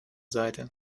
seite